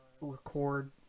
record